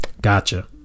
gotcha